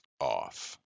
off